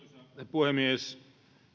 puhemies